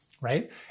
right